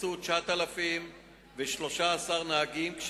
ב-11,000 נהגים.